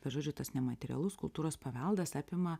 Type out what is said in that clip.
bet žodžiu tas nematerialus kultūros paveldas apima